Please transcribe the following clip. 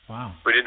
Wow